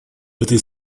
этой